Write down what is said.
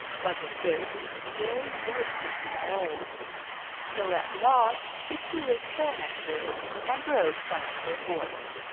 but the goat took no notice of him at all so at last he threw a stone at her and broke one of her horns.